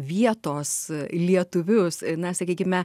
vietos lietuvius na sakykime